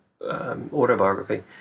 autobiography